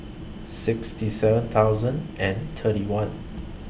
sixty seven thousand and thirty one